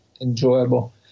enjoyable